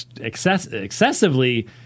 excessively